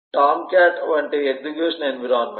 Tomcat వంటి execution environment